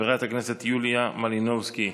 חברת הכנסת יוליה מלינובסקי.